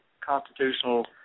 constitutional